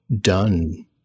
done